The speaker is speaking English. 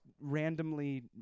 randomly